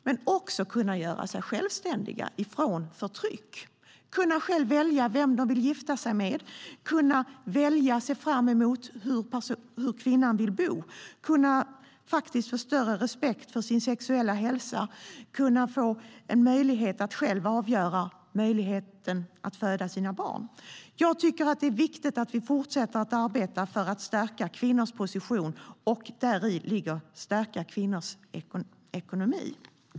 De får även möjlighet att göra sig självständiga från förtryck och möjlighet att välja vem de vill gifta sig med och hur de vill bo. De kan faktiskt få större respekt för sin sexuella hälsa och en möjlighet att själva avgöra om de ska föda barn. Jag tycker att det är viktigt att vi fortsätter arbeta för att stärka kvinnors position, och däri ligger att stärka kvinnors ekonomi.